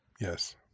Yes